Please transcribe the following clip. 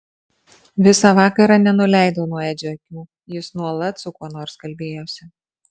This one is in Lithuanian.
visą vakarą nenuleidau nuo edžio akių jis nuolat su kuo nors kalbėjosi